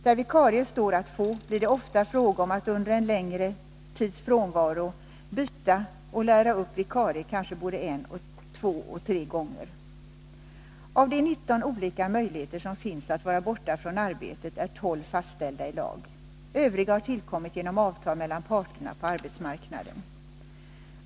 Där vikarie står att få, blir det ofta fråga om att under en längre tids frånvaro byta och lära upp vikarie kanske både en, två och tre gånger. Av de 19 olika möjligheter som finns att vara borta från arbetet är 12 fastställda i lag. Övriga har tillkommit genom avtal mellan parterna på arbetsmarknaden.